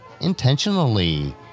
intentionally